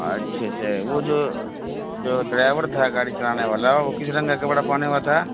اچھا اچھا وہ جو جو ڈرائیور تھا گاڑی چلانے والا وہ کس رنگ کا کپڑا پہنے ہوا تھا